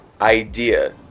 idea